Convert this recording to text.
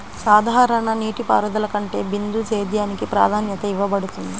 సాధారణ నీటిపారుదల కంటే బిందు సేద్యానికి ప్రాధాన్యత ఇవ్వబడుతుంది